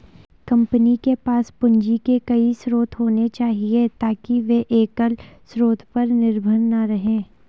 company के पास पूंजी के कई स्रोत होने चाहिए ताकि वे एकल स्रोत पर निर्भर न रहें